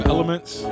Elements